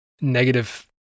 negative